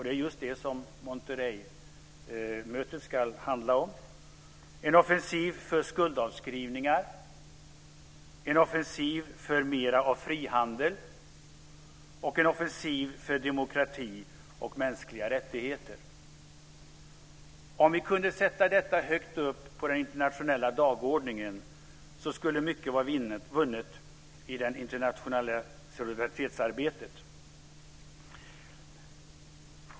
Det är just det som Monterreymötet ska handla om. - En offensiv för skuldavskrivningar. - En offensiv för mer av frihandel. - En offensiv för demokrati och mänskliga rättigheter. Om vi kunde sätta detta högt upp på den internationella dagordningen skulle mycket vara vunnet i det internationella solidaritetsarbetet.